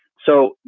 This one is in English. so,